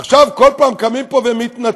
עכשיו, כל פעם קמים פה ומתנצלים.